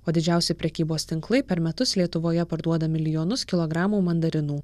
o didžiausi prekybos tinklai per metus lietuvoje parduoda milijonus kilogramų mandarinų